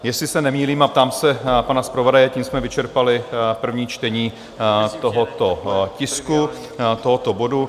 Jestli se nemýlím a ptám se pana zpravodaje tím jsme vyčerpali první čtení tohoto tisku, tohoto bodu.